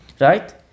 Right